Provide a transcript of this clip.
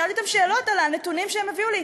שאלתי אותם שאלות על הנתונים שהם הביאו לי,